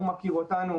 הוא מכיר אותנו,